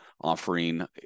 offering